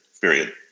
period